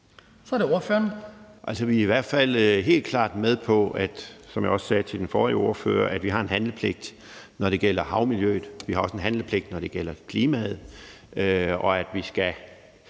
Henrik Frandsen (M): Vi er i hvert fald helt klart med på, som jeg også sagde til den forrige ordfører, at vi har en handlepligt, når det gælder havmiljøet, og også en handlepligt, når det gælder klimaet, og at vi skal